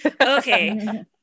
Okay